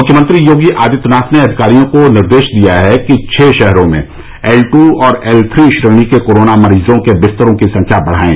मुख्यमंत्री योगी आदित्यनाथ ने अधिकारियों को निर्देश दिया ह ै कि छह शहरों में एल टू और एल थ्री श्रेणी के कोरोना मरीजों के बिस्तरों की संख्या बढ़ाएं